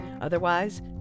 Otherwise